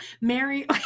Mary